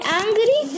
angry